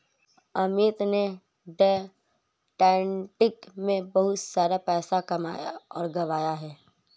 अमित ने day trading में बहुत सारा पैसा कमाया और गंवाया है